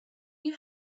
you